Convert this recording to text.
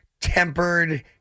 tempered